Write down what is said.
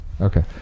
Okay